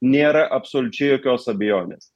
nėra absoliučiai jokios abejonės